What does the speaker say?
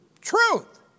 Truth